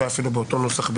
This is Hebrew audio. אולי אפילו בדיוק באותו נוסח.